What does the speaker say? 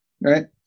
right